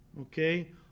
okay